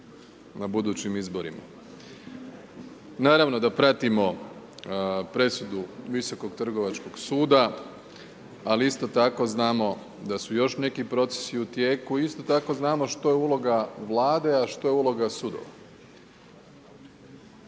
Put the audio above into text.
na budućim izborima. Naravno da pratimo presudu Visokog trgovačkog suda ali isto tako znamo da su još neki procesi u tijeku, isto tako znamo što je uloga Vlade a što je uloga sudova.